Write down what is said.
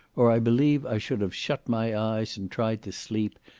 or i believe i should have shut my eyes, and tried to sleep,